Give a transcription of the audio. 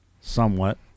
somewhat